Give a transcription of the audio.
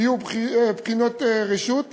חייבות להיות בחינות רשות.